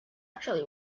actually